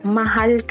mahal